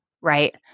right